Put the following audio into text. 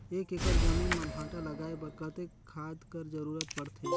एक एकड़ जमीन म भांटा लगाय बर कतेक खाद कर जरूरत पड़थे?